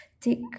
Take